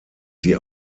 sie